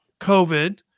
COVID